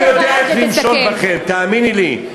הוא יודע איך למשול בכם, תאמיני לי.